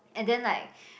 and then like